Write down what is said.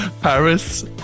Paris